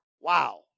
Wow